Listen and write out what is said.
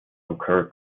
occur